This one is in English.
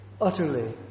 utterly